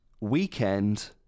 weekend